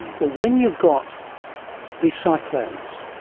but when you've got these cyclones,